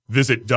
Visit